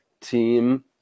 team